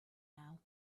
now